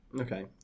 Okay